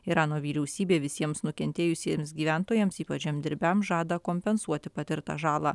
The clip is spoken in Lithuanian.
irano vyriausybė visiems nukentėjusiems gyventojams ypač žemdirbiams žada kompensuoti patirtą žalą